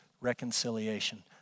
reconciliation